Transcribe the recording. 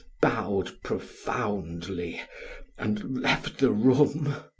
bowed profoundly and left the room.